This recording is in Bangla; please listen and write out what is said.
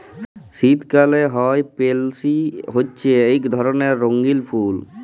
শীতকালে হ্যয় পেলসি হছে ইক ধরলের রঙ্গিল ফুল